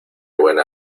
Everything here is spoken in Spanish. buena